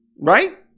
right